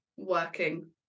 Working